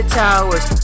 towers